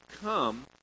come